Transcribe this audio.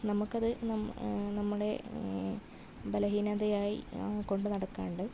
നമുക്കത് നമ്മുടെ ബലഹീനതയായി കൊണ്ടുനടക്കാണ്ട്